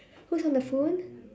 who's on the phone